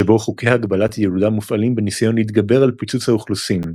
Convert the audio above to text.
שבו חוקי הגבלת ילודה מופעלים בניסיון להתגבר על פיצוץ האוכלוסין.